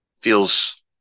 feels